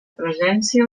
presència